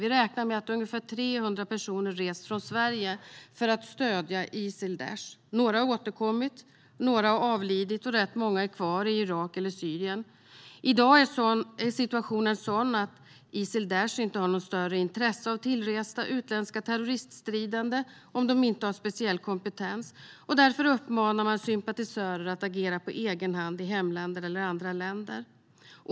Vi räknar med att runt 300 personer har rest från Sverige för att stödja Isil Daish inte har något större intresse av tillresta utländska terroriststridande om de inte har speciell kompetens. Därför uppmanar man sympatisörer att agera på egen hand i hemländer eller i andra länder.